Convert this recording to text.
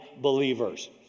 believers